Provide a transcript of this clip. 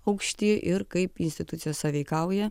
aukšti ir kaip institucijos sąveikauja